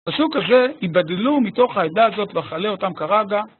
עשו כזה, התבדלו מתוך העדה הזאת ואכלה אותם כרגע